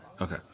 Okay